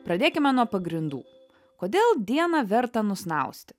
pradėkime nuo pagrindų kodėl dieną verta nusnausti